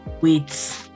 wait